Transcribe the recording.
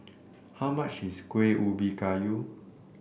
how much is Kuih Ubi Kayu